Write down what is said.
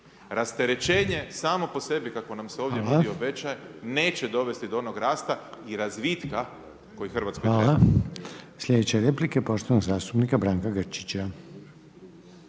Rasterećenje samo po sebi kako nam se ovdje nudi i obećaje, neće dovesti do onog rasta i razvitka koji Hrvatskoj treba. **Reiner, Željko (HDZ)** Hvala.